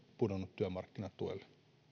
pudonnut työmarkkinatuelle eli